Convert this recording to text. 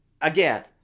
Again